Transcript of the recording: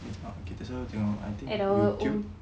kita selalu tengok I think YouTube